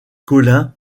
colin